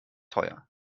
teuer